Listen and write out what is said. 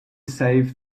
save